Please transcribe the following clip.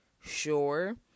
sure